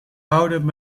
houden